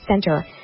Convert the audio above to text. center